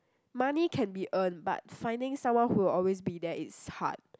money can be earned but finding someone who will always be there it's hard